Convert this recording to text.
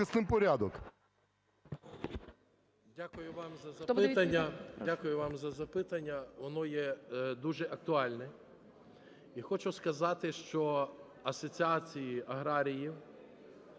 Дякую вам за запитання. Воно є дуже актуальне. І хочу сказати, що Асоціація аграріїв,